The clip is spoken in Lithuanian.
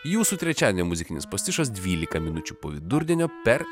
jūsų trečiadienio muzikinis pastišas dvylika minučių po vidurdienio per